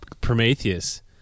Prometheus